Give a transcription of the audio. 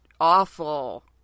awful